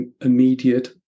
immediate